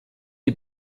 die